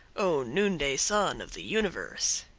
o noonday sun of the universe!